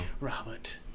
Robert